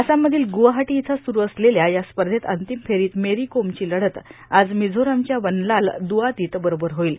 आसाममधील ग्रवाहाटो इथं सुरू असलेल्या या स्पधत अीतम फेरांत मेरां कोमची लढत आज र्मिझोरामच्या वनलाल द्वआतीत बरोबर होईल